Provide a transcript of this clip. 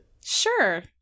Sure